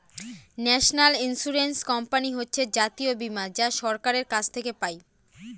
national insurance company হচ্ছে জাতীয় বীমা যা সরকারের কাছ থেকে পাই